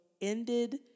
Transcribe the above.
ended